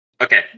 okay